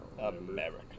America